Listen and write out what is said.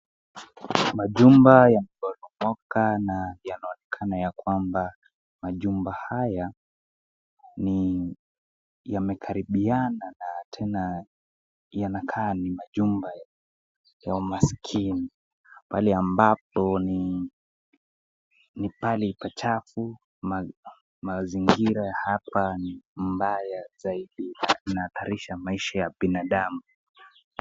Majumba yamebomoka na yanaonekana ya kwamba majumba haya ni yamekaribiana na tena yanakaa ni majumba ya umaskini. Pale ambapo ni pahali pachafu, mazingira ya hapa ni mbaya zaidi na inahatarisha maisha ya binadamu.